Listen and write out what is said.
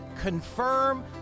confirm